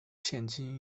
现今